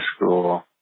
school